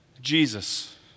Jesus